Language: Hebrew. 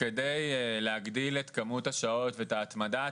כדי להגדיל את כמות השעות ואת ההתמדה,